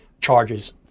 charges